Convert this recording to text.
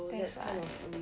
that's why